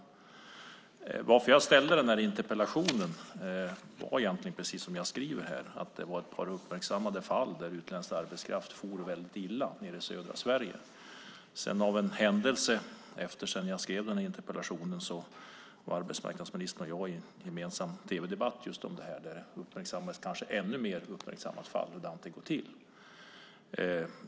Anledningen till att jag ställde den här interpellationen är, precis som jag skriver, ett par uppmärksammade fall där utländsk arbetskraft for väldigt illa i södra Sverige. Efter det att jag skrev interpellationen var arbetsmarknadsministern och jag - som av en händelse - i en gemensam tv-debatt där man, i ett kanske ännu mer uppmärksammat fall, uppmärksammade hur det går till.